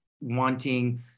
wanting